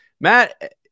Matt